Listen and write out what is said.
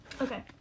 Okay